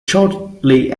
shortly